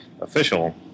official